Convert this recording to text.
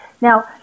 Now